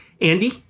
Andy